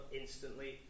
instantly